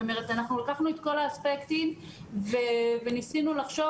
אנחנו לקחנו את כל האספקטים וניסינו לחשוב